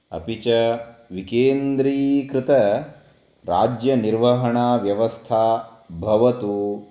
अपि च विकेन्द्रीकृतराज्यनिर्वहणाव्यवस्था भवतु